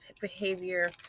behavior